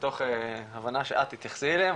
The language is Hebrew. מתוך הבנה שאת תתייחסי אליהם,